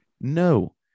No